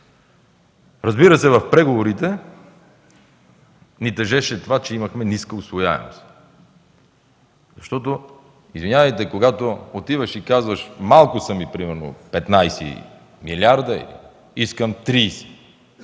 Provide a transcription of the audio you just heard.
Разбира се, в преговорите ни тежеше това, че имахме ниска усвояемост. Извинявайте, но когато отиваш и казваш: „Малко са ми, примерно, 15 милиарда, искам 30”,